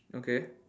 okay